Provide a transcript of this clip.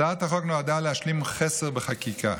הצעת החוק נועדה להשלים חסר בחקיקה.